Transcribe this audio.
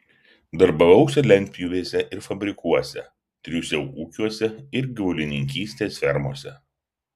darbavausi lentpjūvėse ir fabrikuose triūsiau ūkiuose ir gyvulininkystės fermose